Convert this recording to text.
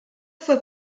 fue